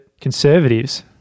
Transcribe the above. conservatives